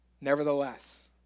Nevertheless